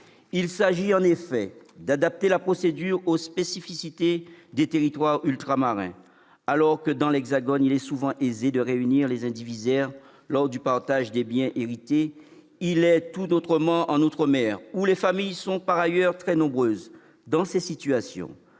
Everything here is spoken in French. Il s'agit en effet d'adapter la procédure aux spécificités des territoires ultramarins. Alors que, dans l'Hexagone, il est souvent aisé de réunir les indivisaires lors du partage des biens hérités, il en va tout autrement en outre-mer, où les familles sont par ailleurs très nombreuses. Dans ces situations,